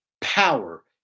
power